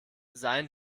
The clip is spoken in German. seien